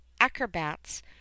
acrobats